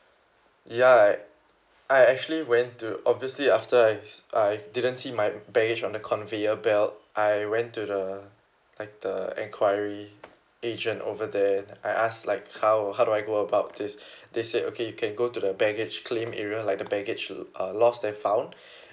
ya I I actually went to obviously after I I didn't see my baggage on the conveyor belt I went to the like the enquiry agent over there I asked like how how do I go about this they said okay you can go to the baggage claim area like the baggage uh lost and found